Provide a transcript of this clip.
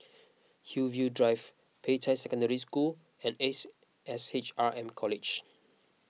Hillview Drive Peicai Secondary School and Ace S H R M College